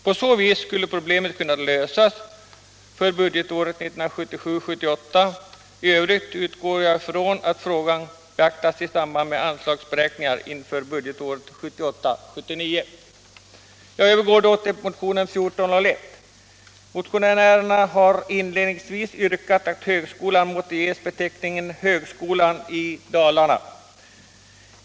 På så vis skulle problemet kunna lösas för budgetåret 1977 79. Jag övergår sedan till vissa av de frågor som väckts i motionen 1401. Motionärerna har inledningsvis yrkat att högskolan måtte ges beteckningen Högskolan i Dalarna.